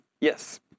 Yes